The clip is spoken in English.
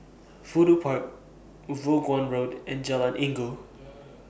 Fudu Park Vaughan Road and Jalan Inggu